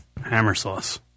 Hammersauce